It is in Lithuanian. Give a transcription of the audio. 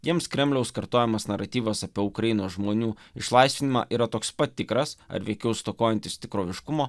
jiems kremliaus kartojamas naratyvas apie ukrainos žmonių išlaisvinimą yra toks pat tikras ar veikiau stokojantis tikroviškumo